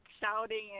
shouting